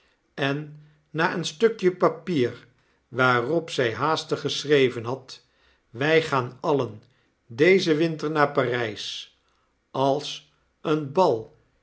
en na een stukje papier waarop zy haastig gescbreven had wygaan alien clezen winter naar p a r y s als een bal